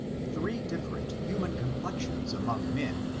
three different human complexions among men,